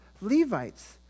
Levites